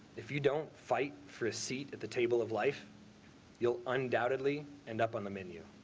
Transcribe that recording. if you don't fight for a seat at the table of life you'll undoubtedly end up on the menu.